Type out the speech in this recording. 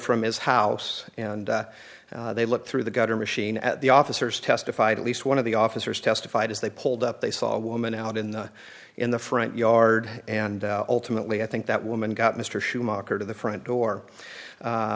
from his house and they looked through the gutter machine at the officers testified at least one of the officers testified as they pulled up they saw a woman out in the in the front yard and ultimately i think that woman got mr schumacher to the front door